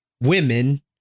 women